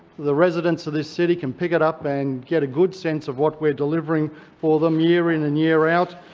the residents residents of this city can pick it up and get a good sense of what we're delivering for them year in and year out.